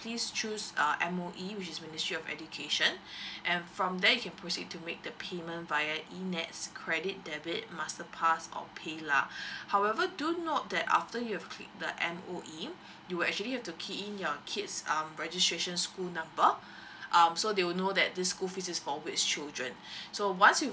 please choose uh M_O_E which is ministry of education and from there you can proceed to make the payment via eNETs credit debit master pass or paylah however do note that after you have clicked the M_O_E you will actually have to key in your kids um registration school number um so they will know that this school fees is for which children so once you